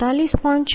36 448